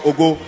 Ogo